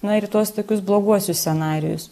na ir tuos tokius bloguosius scenarijus